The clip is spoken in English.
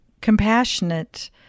compassionate